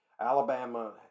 Alabama